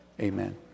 Amen